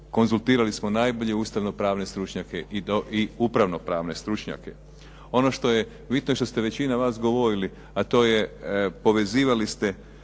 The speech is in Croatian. Konzultirali smo najbolje ustavno pravne stručnjake i upravno pravne stručnjake. Ono što je bitno, što ste većina vas govorili a to je povezivali ste